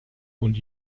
und